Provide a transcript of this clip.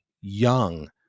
young